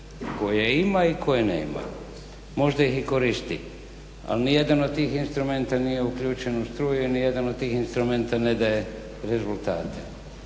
koje ima i koje nema. Možda ih i koristi ali nijedan od tih instrumenata nije uključen u struju i nijedan od tih instrumenata ne daje rezultate.